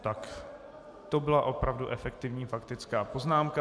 Tak to byla opravdu efektivní faktická poznámka.